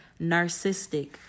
narcissistic